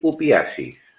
opiacis